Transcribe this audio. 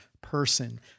person